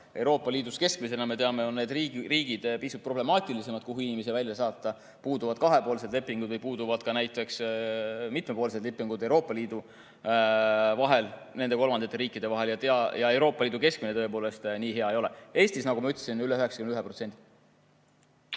Euroopa Liidus keskmisena, me teame, on need riigid pisut problemaatilisemad, kuhu inimesi tuleb välja saata, puuduvad kahepoolsed lepingud või puuduvad ka näiteks mitmepoolsed lepingud Euroopa Liidu ja nende kolmandate riikide vahel. Euroopa Liidu keskmine tõepoolest nii hea ei ole. Eestis, nagu ma ütlesin, on see